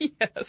Yes